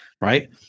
Right